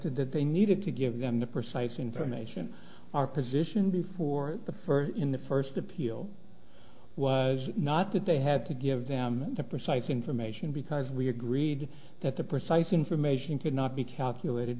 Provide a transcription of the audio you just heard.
ed that they needed to give them the precise information our position before the for in the first appeal was not that they had to give them the precise information because we agreed that the precise information could not be calculated